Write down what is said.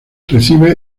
recibe